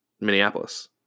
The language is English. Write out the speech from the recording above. Minneapolis